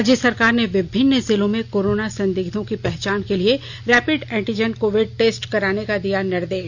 राज्य सरकार ने विभिन्न जिलों में कोरोना संदिग्घों की पहचान के लिए रैपिड एंटीजन कोविड टेस्ट कराने का दिया निर्देश